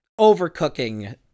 overcooking